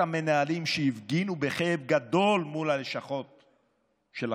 המנהלים שהפגינו בכאב גדול מול הלשכות שלכם.